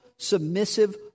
submissive